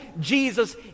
Jesus